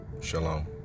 Shalom